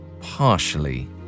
partially